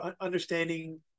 understanding